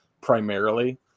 primarily